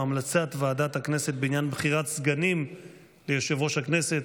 המלצת ועדת הכנסת בעניין בחירת סגנים ליושב-ראש הכנסת.